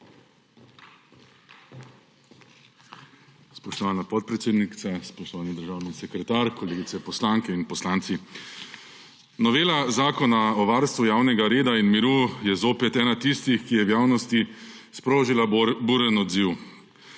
Spoštovana podpredsednica, spoštovani državni sekretar, kolegice poslanke in poslanci! Novela Zakona o varstvu javnega reda in miru je zopet ena tistih, ki je v javnosti sprožila buren odziv.